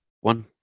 one